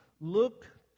Look